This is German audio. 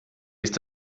ist